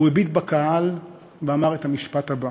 הוא הביט בקהל ואמר את המשפט הבא: